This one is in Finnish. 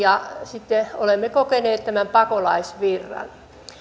ja sitten olemme kokeneet tämän pakolaisvirran